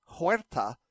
Huerta